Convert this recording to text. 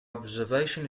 observation